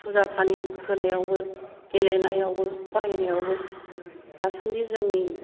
फुजा फानि होनायावबो गेलेनायावबो फरायनायावबो दासान्दि जोंनि